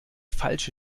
falsch